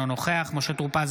אינו נוכח משה טור פז,